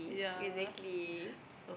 exactly